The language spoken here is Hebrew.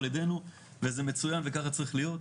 על ידינו וזה מצוין וככה צריך להיות.